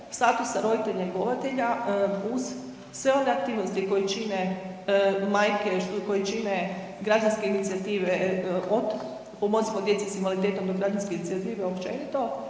statusa roditelja njegovatelja uz sve one aktivnosti koje čine majke, koje čine građanske inicijative od Pomozimo djeci s invaliditetom, do građanske inicijative općenito,